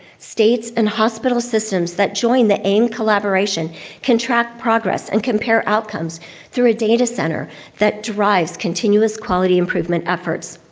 states and hospital systems that join the aim collaboration can track progress and compare outcomes through a data center that drives continuous quality improvement efforts.